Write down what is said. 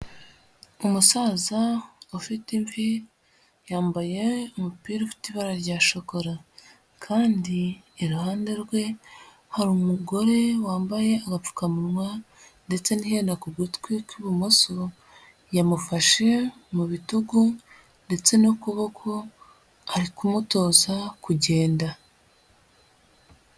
Umusaza ufite imvi yambaye umupira ufite ibara rya shokora kandi iruhande rwe hari umugore wambaye agapfukamunwa ndetse n'iherena ku gutwi kw'ibumoso. Yamufashe mu bitugu ndetse n'ukuboko ari kumutoza kugenda.